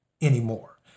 anymore